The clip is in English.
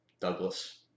Douglas